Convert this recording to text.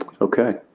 Okay